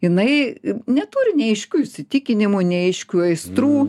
jinai neturi nei aiškių įsitikinimų nei aiškių aistrų